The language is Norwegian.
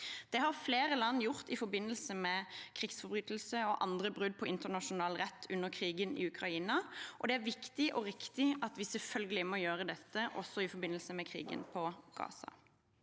Det har flere land gjort i forbindelse med krigsforbrytelser og andre brudd på internasjonal rett under krigen i Ukraina, og det er viktig og riktig at vi selvfølgelig gjør dette også i forbindelse med krigen i Gaza.